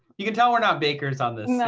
you can tell we're not bakers, on this. no.